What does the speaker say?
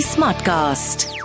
Smartcast